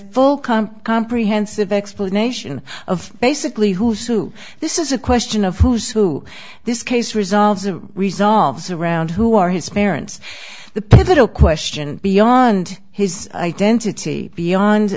come comprehensive explanation of basically who through this is a question of who's who this case resolved resolves around who are his parents the pivotal question beyond his identity beyond